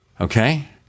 Okay